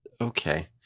Okay